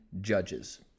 judges